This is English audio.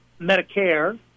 Medicare